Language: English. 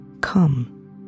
Come